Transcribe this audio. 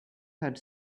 had